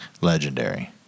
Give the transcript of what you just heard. Legendary